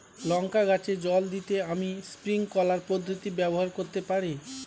লঙ্কা গাছে জল দিতে আমি স্প্রিংকলার পদ্ধতি ব্যবহার করতে পারি?